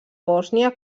bòsnia